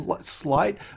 slight